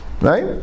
Right